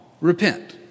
Repent